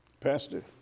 Pastor